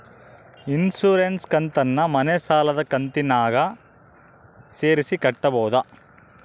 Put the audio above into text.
Insurance ಕಂತನ್ನ ಮನೆ ಸಾಲದ ಕಂತಿನಾಗ ಸೇರಿಸಿ ಕಟ್ಟಬೋದ?